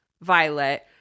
Violet